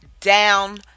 down